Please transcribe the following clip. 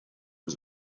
was